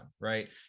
right